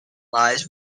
lies